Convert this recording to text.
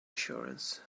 assurance